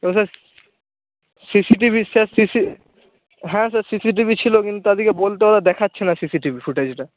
C C T V sir C C হ্যাঁ sir C C T V ছিল কিন্তু তাদেরকে বলতে ওরা দেখাচ্ছে না সি সি টি ভি ফুটেজটা